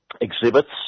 exhibits